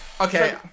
okay